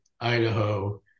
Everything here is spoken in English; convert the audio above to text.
Idaho